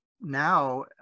now